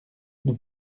nous